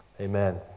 amen